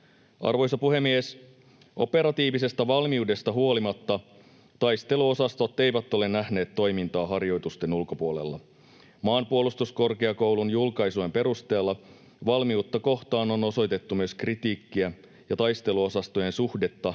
Arvoisa puhemies! Operatiivisesta valmiudesta huolimatta taisteluosastot eivät ole nähneet toimintaa harjoitusten ulkopuolella. Maanpuolustuskorkeakoulun julkaisujen perusteella valmiutta kohtaan on osoitettu myös kritiikkiä ja taisteluosastojen suhdetta